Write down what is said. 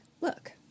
Look